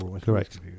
Correct